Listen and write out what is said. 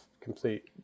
complete